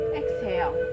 exhale